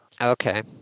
Okay